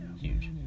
Huge